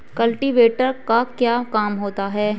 Cultivator का क्या काम होता है?